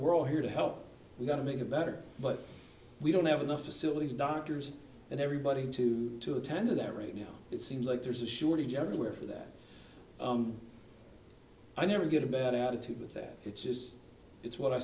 we're all here to help we've got to make it better but we don't have enough facilities doctors and everybody to to attend to that right now it seems like there's a shortage everywhere for that i never get a bad attitude with that it's just it's what i